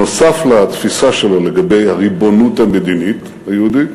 נוסף על התפיסה שלו לגבי הריבונות המדינית היהודית